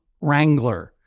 Wrangler